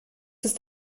ist